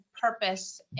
purpose